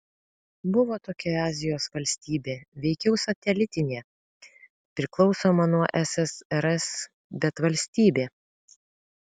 buvo tokia azijos valstybė veikiau satelitinė priklausoma nuo ssrs bet valstybė